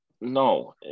No